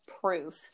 proof